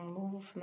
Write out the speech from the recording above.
movement